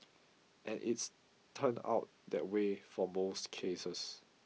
and it's turned out that way for most cases